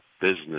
business